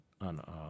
on